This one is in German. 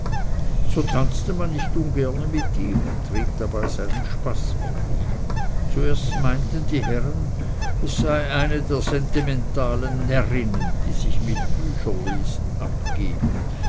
so tanzte man nicht ungerne mit ihm und trieb dabei seinen spaß mit ihm zuerst meinten die herren es sei eine der sentimentalen närrinnen die sich mit bücherlesen abgeben